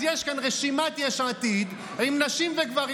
אז יש כאן רשימת יש עתיד עם נשים וגברים,